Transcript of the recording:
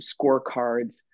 scorecards